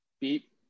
beep